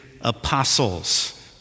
apostles